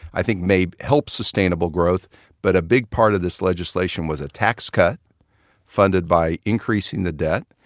i think, may help sustainable growth but a big part of this legislation was a tax cut funded by increasing the debt,